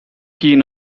keen